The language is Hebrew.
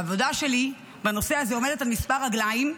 העבודה שלי בנושא הזה עומדת על כמה רגליים.